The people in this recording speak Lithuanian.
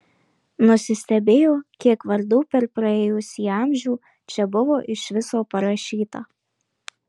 nusistebėjo kiek vardų per praėjusį amžių čia buvo iš viso parašyta